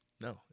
No